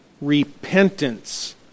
repentance